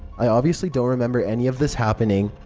i obviously don't remember any of this happening,